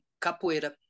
capoeira